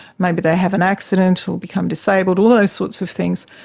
maybe they have an accident or become disabled, all those sorts of things,